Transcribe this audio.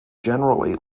generally